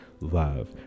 love